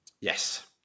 Yes